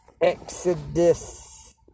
Exodus